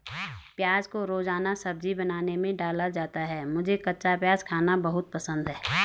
प्याज को रोजाना सब्जी बनाने में डाला जाता है मुझे कच्चा प्याज खाना बहुत पसंद है